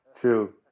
True